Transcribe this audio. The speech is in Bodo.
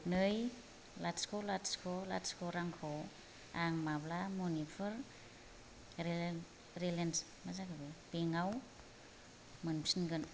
नै लाथिख' लाथिख' लाथिख' रांखौ आं माब्ला मणिपुर रुरेल बेंक आव मोनफिनगोन